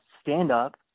stand-up